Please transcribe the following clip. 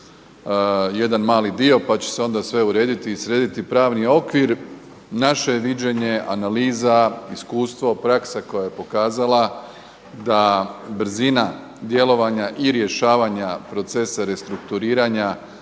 jedan mali dio pa će se onda sve urediti i srediti, pravni je okvir, naše je viđenje analiza, iskustvo, praksa koja je pokazala da brzina djelovanja i rješavanja procesa restrukturiranja